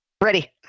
Ready